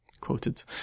quoted